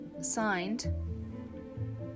signed